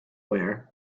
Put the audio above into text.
wear